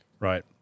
Right